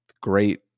great